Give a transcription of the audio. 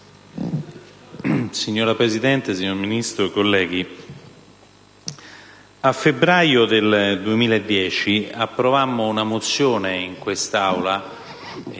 Signora Presidente, signor Ministro, colleghi, a febbraio 2010 approvammo in quest'Aula